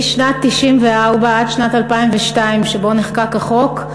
משנת 1994 עד שנת 2002, שבה נחקק החוק,